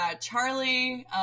charlie